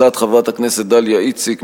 הצעת חברת הכנסת דליה איציק,